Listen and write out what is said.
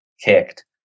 kicked